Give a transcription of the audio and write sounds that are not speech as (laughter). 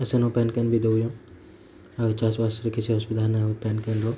ଆଉ ସେନୁ ପାନ କାନ ବି (unintelligible) ଆଉ ଚାଷ ବାସ ରେ କିଛି ଅସୁବିଧା ନାଇଁ ହୁଏ ପାନ କାନ ର